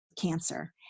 cancer